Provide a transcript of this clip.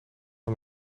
hem